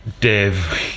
Dave